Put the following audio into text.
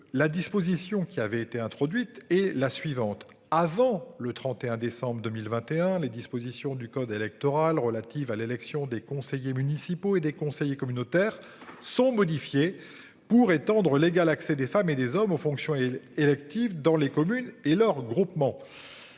la disposition qui avait été introduite est la suivante, avant le 31 décembre 2021, les dispositions du code électoral relatives à l'élection des conseillers municipaux et des conseillers communautaires sont modifiés pour étendre l'égal accès des femmes et des hommes aux fonctions électives dans les communes et leurs groupements.